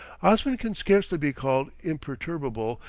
osman can scarcely be called imperturbable,